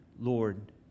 Lord